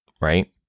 right